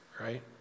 right